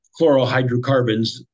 chlorohydrocarbons